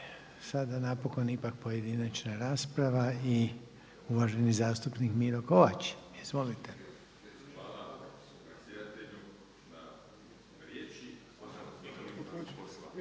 sada napokon ipak pojedinačna rasprava i uvaženi zastupnik Miro Kovač.